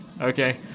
okay